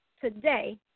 today